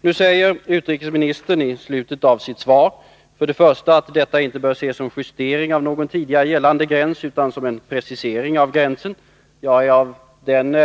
I slutet av sitt svar säger utrikesministern för det första att den tilltänkta gränsdragningen inte bör ses som en justering av någon tidigare gällande gräns, utan som en precisering av gränsen. Jag är av den